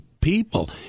people